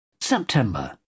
September